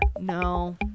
no